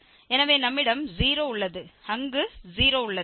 எனவே நம்மிடம் 0 உள்ளது அங்கு 0 உள்ளது